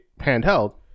handheld